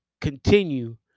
continue